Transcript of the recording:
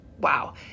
Wow